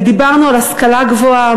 דיברנו על השכלה גבוהה,